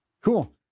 cool